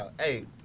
Hey